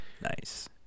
nice